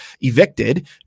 evicted